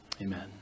amen